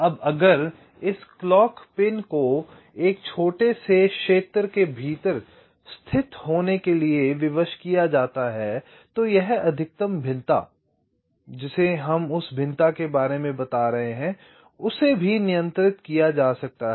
अब अगर इस क्लॉक पिन को एक छोटे से क्षेत्र के भीतर स्थित होने के लिए विवश किया जाता है तो यह अधिकतम भिन्नता जिसे हम उस भिन्नता के बारे में बता रहे हैं उसे भी नियंत्रित किया जा सकता है